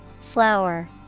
Flower